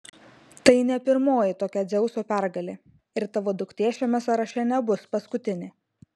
tai ne pirmoji tokia dzeuso pergalė ir tavo duktė šiame sąraše nebus paskutinė